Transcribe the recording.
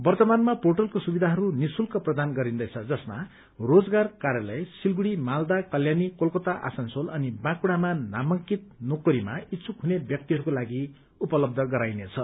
वर्तमानमा पोर्टलका सुविधा निःशुल्क प्रदान गरिन्दैछ जसमा रोजगार कार्यालय सिलगढ़ी मालदा कल्याणी कलकता आसनसोल अनि बाँकुड़ामा नामांकित नोकरीमा इच्छुक हुने व्यक्तिहरूको लागि उपलब्ध गराइनेछ